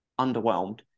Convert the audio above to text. underwhelmed